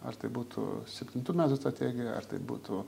ar tai būtų septintų metų strategija ar tai būtų